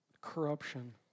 corruption